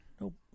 Nope